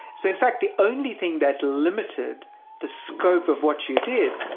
so in fact the only thing that limited the scope of what you did,